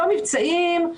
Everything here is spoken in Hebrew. לא מבצעים,